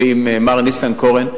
ועם מר ניסנקורן,